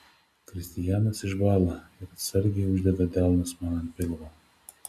kristijanas išbąla ir atsargiai uždeda delnus man ant pilvo